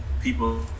people